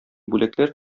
бүләкләр